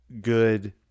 good